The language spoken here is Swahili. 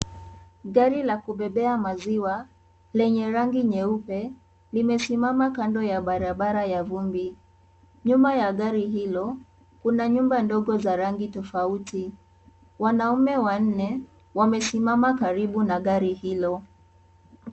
Gari la kubebea maziwa lenye rangi nyeupe limesimama kando ya barabara ya vumbi, nyuma ya gari hilo kuna nyumba ndogo za rangi tofauti. Wanaume wanne wamesimama karibu na gari hilo.